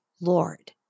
Lord